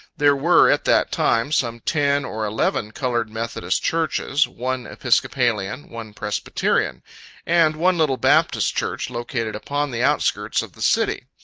there were, at that time, some ten or eleven colored methodist churches, one episcopalian, one presbyterian and one little baptist church, located upon the outskirts of the city.